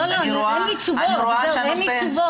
אין לי תשובות.